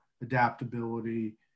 adaptability